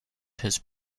his